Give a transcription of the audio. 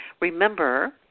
remember